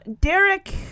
Derek